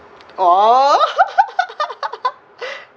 oh